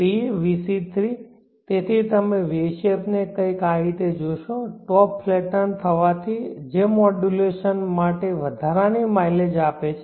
તેથી તમે wave shape ને કંઈક આ રીતે જોશો ટોપ ફ્લેટન્ડ થવાથી જે મોડ્યુલેશન માટે વધારાની માઇલેજ આપે છે